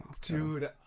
dude